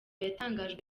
yatangajwe